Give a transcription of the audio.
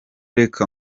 reka